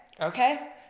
Okay